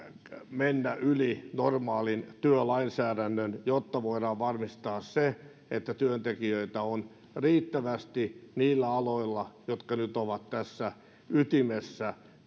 mennä yli normaalin työlainsäädännön jotta voidaan varmistaa se että työntekijöitä on riittävästi niillä aloilla jotka nyt ovat tässä ytimessä